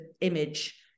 image